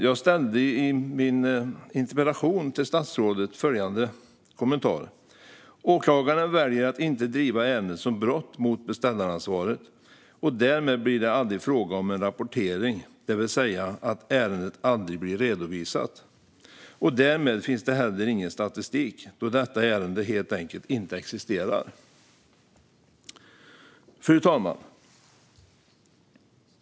Jag framförde i min interpellation till statsrådet följande kommentar: "Åklagaren väljer att inte driva ärendet som brott mot beställaransvaret, och därmed blir det aldrig fråga om en rapportering, det vill säga att ärendet aldrig blir redovisat, och därmed finns det heller ingen statistik, då detta ärende helt enkelt 'inte existerar'." Fru talman!